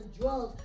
drugs